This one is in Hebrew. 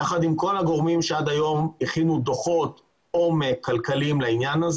יחד עם כל הגורמים שעד היום הכינו דוחות עומק כלכליים לעניין,